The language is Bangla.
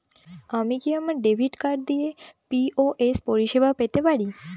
আমি কি আমার ডেবিট কার্ড দিয়ে পি.ও.এস পরিষেবা পেতে পারি?